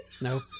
No